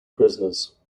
prisoners